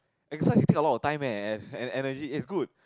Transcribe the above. exercise you take a lot time eh and energy it's good